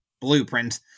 blueprint